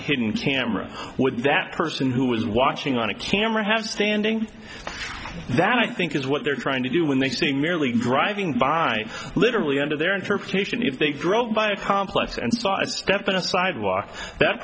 hidden camera with that person who was watching on a camera have standing that i think is what they're trying to do when they see merely driving by literally under their interpretation if they drilled by a complex and so i stepped on a sidewalk that